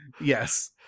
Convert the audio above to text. Yes